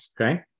Okay